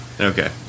Okay